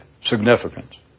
significance